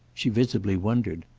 she visibly wondered.